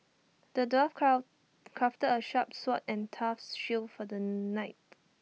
the dwarf cloud crafted A sharp sword and tough shield for the knight